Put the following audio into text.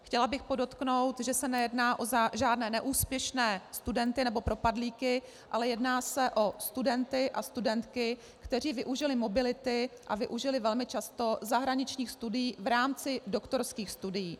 Chtěla bych podotknout, že se nejedná o žádné neúspěšné studenty nebo propadlíky, ale jedná se o studenty a studentky, kteří využili mobility a využili velmi často zahraničních studií v rámci doktorských studií.